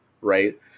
right